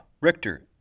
Richter